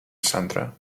sandra